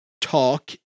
talk